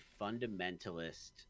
fundamentalist